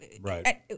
Right